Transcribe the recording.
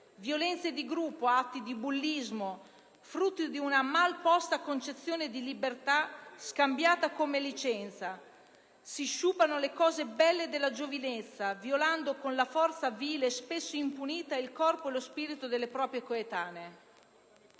violenze di gruppo, gli atti di bullismo sono frutto di una mal posta concezione di libertà scambiata per licenza, sciupando le cose belle della giovinezza, violando, con forza vile e spesso impunita, il corpo e lo spirito delle proprie coetanee.